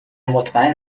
مطمئن